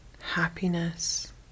happiness